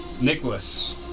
Nicholas